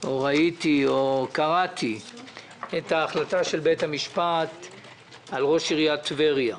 ראיתי או קראתי את ההחלטה של בית המשפט על ראש עיריית טבריה.